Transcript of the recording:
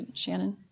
Shannon